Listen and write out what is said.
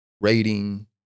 rating